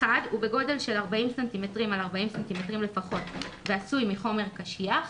הוא בגודל של 40 סניטמטרים על 40 סנימטרים לפחות ועשוי חומר קשיח.